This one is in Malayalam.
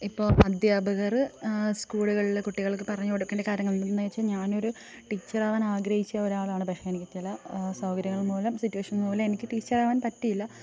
ഇപ്പോൾ അദ്ധ്യാപകർ സ്കൂളുകളിലെ കുട്ടികൾക്കു പറഞ്ഞു കൊടുക്കേണ്ട കാര്യങ്ങൾ എന്തെന്നു ചോദിച്ച ഞാനൊരു ടീച്ചറാകാൻ ആഗ്രഹിച്ച ഒരാളാണ് പക്ഷെ എനിക്ക് ചില അസൗകര്യങ്ങൾ മൂലം സിറ്റുവേഷൻ മൂലം എനിക്ക് ടീച്ചറാകാൻ പറ്റിയില്ല